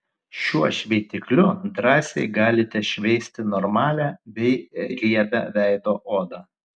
šiuo šveitikliu drąsiai galite šveisti normalią bei riebią veido odą